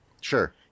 Sure